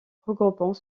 regroupant